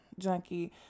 Junkie